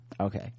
Okay